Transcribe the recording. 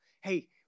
Hey